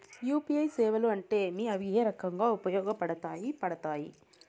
UPI సేవలు అంటే ఏమి, అవి ఏ రకంగా ఉపయోగపడతాయి పడతాయి?